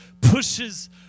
pushes